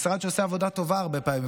משרד שעושה עבודה טובה הרבה פעמים,